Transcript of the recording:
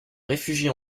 réfugie